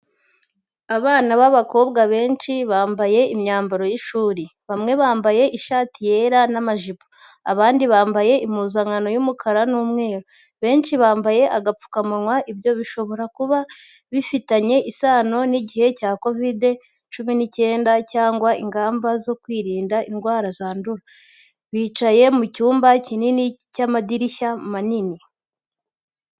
Abana b'abakobwa benshi, bambaye imyambaro y’ishuri, bamwe bambaye ishati yera n'amajipo, abandi bambaye impuzankano y’umukara n’umweru. Benshi bambaye agapfukamunwa, ibyo bishobora kuba bifitanye isano n'igihe cya COVID-cumi n'icyenda cyangwa ingamba zo kwirinda indwara zandura. Bicaye mu cyumba kinini cy’amadirishya manini.